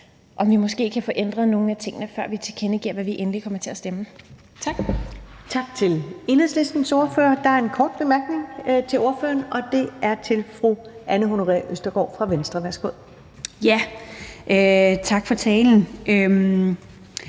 om vi måske kan få ændret nogle af tingene, før vi tilkendegiver, hvad vi endeligt kommer til at stemme. Tak. Kl. 12:45 Første næstformand (Karen Ellemann): Tak til Enhedslistens ordfører. Der er en kort bemærkning til ordføreren, og det er fra fru Anne Honoré Østergaard fra Venstre. Værsgo. Kl. 12:45 Anne